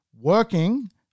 working